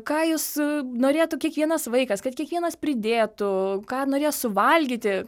ką jūs norėtų kiekvienas vaikas kad kiekvienas pridėtų ką norės suvalgyti